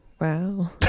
Wow